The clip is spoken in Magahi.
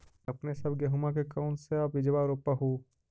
अपने सब गेहुमा के कौन सा बिजबा रोप हू?